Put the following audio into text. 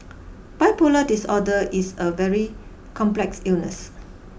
bipolar disorder is a very complex illness